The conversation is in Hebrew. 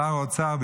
שר האוצר,